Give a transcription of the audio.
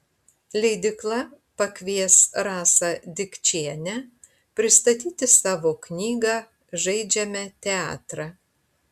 leidykla pakvies rasą dikčienę pristatyti savo knygą žaidžiame teatrą